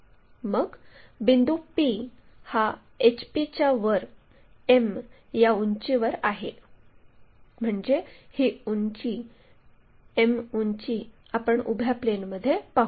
मग बिंदू p हा HP च्यावर m या उंचीवर आहे म्हणजे ही m उंची आपण उभ्या प्लेनमध्ये पाहू शकतो